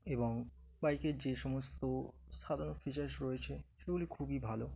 এবং বাইকের যে সমস্ত সাধারণ ফিচার্স রয়েছে সেগুলি খুবই ভালো